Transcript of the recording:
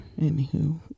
Anywho